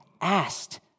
asked